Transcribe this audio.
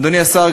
אדוני השר,